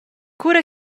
cura